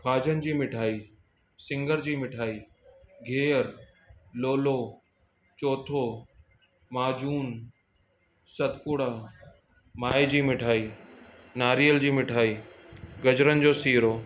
खाजुन जी मिठाई सिंघर जी मिठाई गिहरु लोलो चौथो माजून सतपुड़ा माए जी मिठाई नारेल जी मिठाई गजरनि जो सीरो